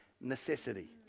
necessity